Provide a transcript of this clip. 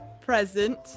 present